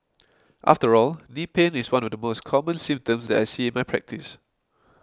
after all knee pain is one of the most common symptoms that I see in my practice